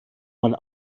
mal